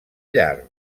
llar